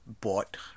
bought